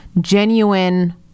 genuine